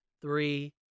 three